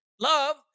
Love